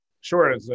Sure